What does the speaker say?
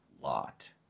lot